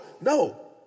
No